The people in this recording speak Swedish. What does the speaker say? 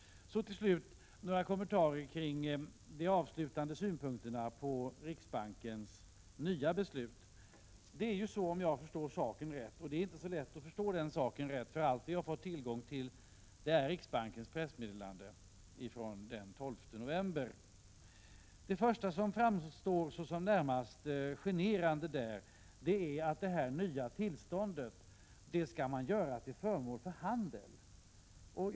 Till slut några kommentarer till de avslutande synpunkterna på riksbankens nya beslut. Om jag förstår saken rätt — och det är inte så lätt att förstå saken rätt, eftersom allt jag har fått tillgång är riksbankens pressmeddelande av den 12 november — skall detta nya tillstånd göras till föremål för handel. Detta framstår närmast som generande.